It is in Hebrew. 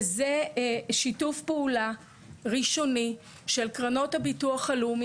וזה שיתוף פעולה ראשוני של קרנות הביטוח הלאומי.